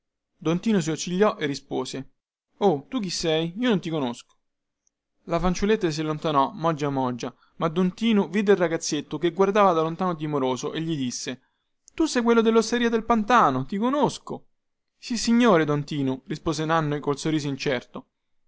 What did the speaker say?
don tinu si accigliò e rispose o tu chi sei io non ti conosco la fanciulletta si allontanò mogia mogia ma don tinu vide il ragazzetto che guardava da lontano timoroso e gli disse tu sei quello dellosteria del pantano ti conosco sissignore don tinu rispose nanni col sorriso incerto